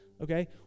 okay